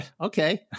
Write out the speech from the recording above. okay